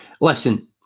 listen